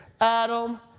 Adam